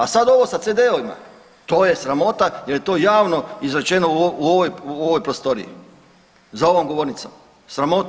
A sad ovo sa CD-ovima to je sramota jer je to javno izrečeno u ovoj prostoriji za ovom govornicom, sramota.